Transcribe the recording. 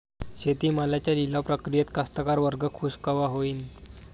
शेती मालाच्या लिलाव प्रक्रियेत कास्तकार वर्ग खूष कवा होईन?